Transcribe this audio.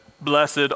Blessed